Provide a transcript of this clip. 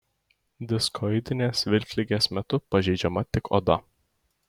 diskoidinės vilkligės metu pažeidžiama tik oda